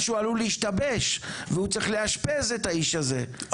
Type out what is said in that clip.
משהו עלול להשתבש והוא צריך לאשפז את האיש הזה,